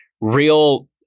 real